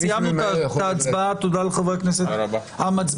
סיימנו את ההצבעה, תודה לחברי הכנסת המצביעים.